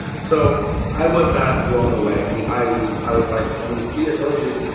so i was not blown away. i mean, i was i was like, let me see. i told you